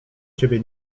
ciebie